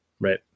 Right